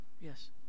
Yes